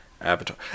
avatar